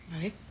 Right